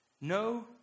No